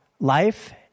life